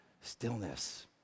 stillness